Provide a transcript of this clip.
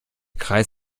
kreis